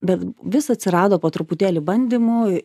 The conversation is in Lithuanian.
bet vis atsirado po truputėlį bandymų